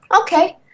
Okay